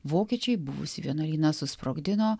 vokiečiai buvusį vienuolyną susprogdino